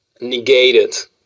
negated